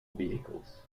vehicles